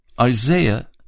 Isaiah